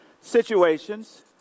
situations